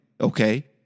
okay